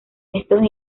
estos